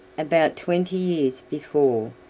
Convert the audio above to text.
above twenty years before,